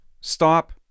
Stop